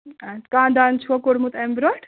کانٛہہ دَنٛد چھُوا کوٚڑمُت اَمہِ برٛونٛٹھ